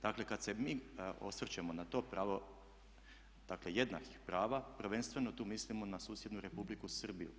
Dakle, kad se mi osvrćemo na to pravo, dakle jednakih prava prvenstveno tu mislimo na susjednu Republiku Srbiju.